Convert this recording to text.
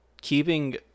keeping